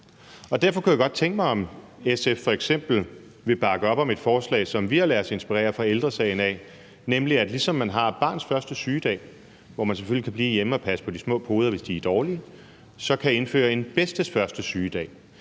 Derfor kunne jeg godt tænke mig at høre, om SF f.eks. vil bakke op om et forslag, som vi har ladet os inspirere af, fra Ældre Sagen, nemlig at man, ligesom man har barnets første sygedag, hvor man selvfølgelig kan blive hjemme og passe på de små poder, hvis de er dårlige, kan indføre bedstes første sygedag,